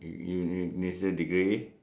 you miss a degree